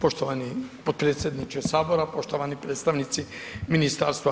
Poštovani potpredsjedniče Sabora, poštovani predstavnici ministarstva.